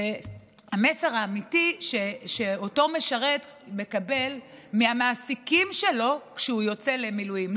האמיתי שאותו משרת מקבל מהמעסיקים שלו כשהוא יוצא למילואים.